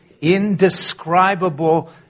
indescribable